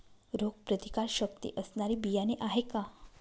रोगप्रतिकारशक्ती असणारी बियाणे आहे का?